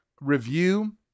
review